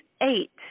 eight